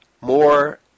more